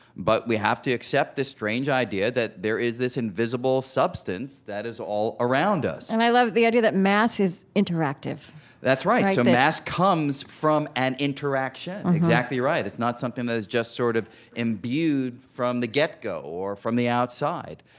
but we have to accept this strange idea that there is this invisible substance that is all around us and i love the idea that mass is interactive that's right. so, mass comes from an interaction. exactly right. it's not something that is just sort of imbued from the get-go, or from the outside.